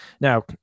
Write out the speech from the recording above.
Now